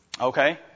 Okay